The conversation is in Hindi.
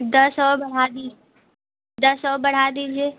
दस और बढ़ा दी दस और बढ़ा दीजिए